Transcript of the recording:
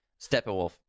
Steppenwolf